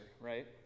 right